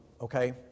okay